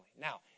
now